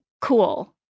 cool